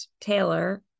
Taylor